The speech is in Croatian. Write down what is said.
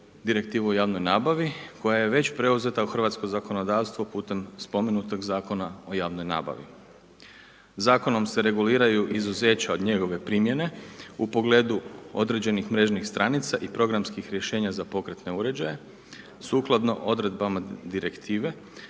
Direktivu o javnoj nabavi koja je već preuzeta u hrvatsko zakonodavstvo putem spomenutog zakona o javnoj nabavi. Zakonom se reguliraju izuzeća od njegove primjene u pogledu određenih mrežnih stranica i programskih rješenja za pokretne uređaje sukladno odredbama Direktive